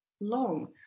long